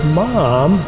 mom